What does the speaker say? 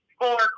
four